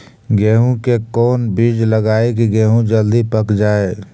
गेंहू के कोन बिज लगाई कि गेहूं जल्दी पक जाए?